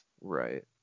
Right